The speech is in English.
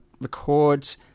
record